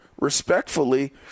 respectfully